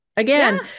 Again